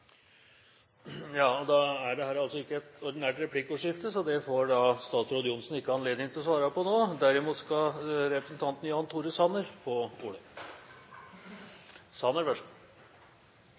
er altså ikke ordinært replikkordskifte, så det får ikke statsråd Johnsen anledning til å svare på nå.